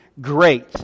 great